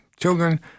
children